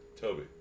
Toby